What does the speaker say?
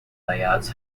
layouts